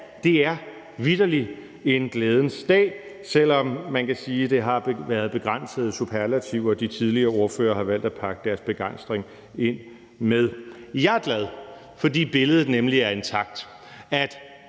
det er vitterlig en glædens dag, selv om man kan sige, at det har været begrænsede superlativer de tidligere ordførere har valgt at pakke deres begejstring ind i. Jeg er glad, fordi billedet nemlig er intakt: